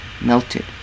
melted